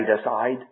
aside